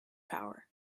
power